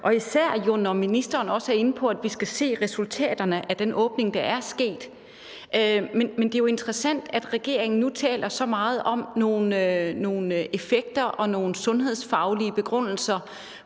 især når ministeren også er inde på, at vi skal se resultaterne af den åbning, der er sket. Men det er interessant, at regeringen nu taler så meget om nogle effekter og nogle sundhedsfaglige begrundelser,